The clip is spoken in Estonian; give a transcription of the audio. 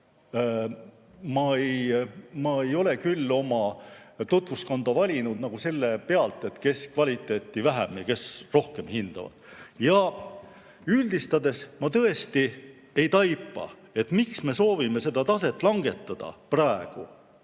Ma ei ole oma tutvuskonda valinud selle pealt, kes kvaliteeti vähem ja kes rohkem hindab. Üldistades: ma tõesti ei taipa, miks me soovime seda taset langetada, praegu,